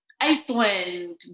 Iceland